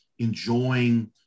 enjoying